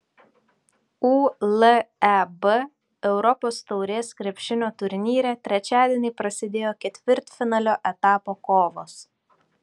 uleb europos taurės krepšinio turnyre trečiadienį prasidėjo ketvirtfinalio etapo kovos